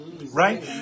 right